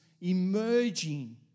emerging